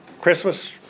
Christmas